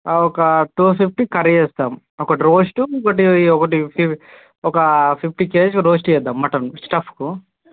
ఒక two fifty curry వేస్తాం ఒక రోస్టు ఇంకొకటీ ఒకటీ ఒక ఫిఫ్టీ కేజెస్సు రోస్టు చేద్దాం మటన్ స్టఫ్కు